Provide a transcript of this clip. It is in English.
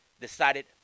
decided